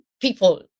people